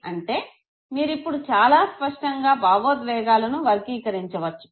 అంటే మీరు ఇప్పుడు చాలా స్పష్టంగా భావోద్వేగాలను వర్గీకరించవచ్చు